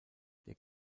der